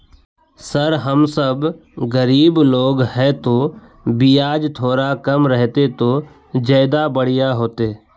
sir हम सब गरीब लोग है तो बियाज थोड़ा कम रहते तो ज्यदा बढ़िया होते